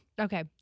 Okay